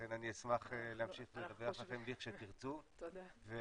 לכן אני אשמח להמשיך לדווח לכם לכשתרצו ואנחנו